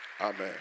Amen